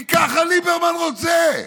כי ככה ליברמן רוצה.